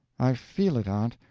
i feel it, aunt,